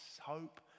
hope